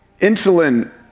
Insulin